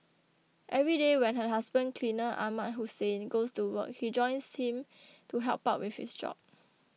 every day when her husband cleaner Ahmad Hussein goes to work she joins him to help out with his job